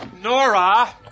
Nora